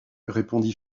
répondit